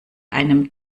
einem